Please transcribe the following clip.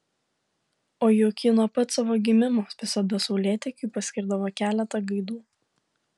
o juk ji nuo pat savo gimimo visada saulėtekiui paskirdavo keletą gaidų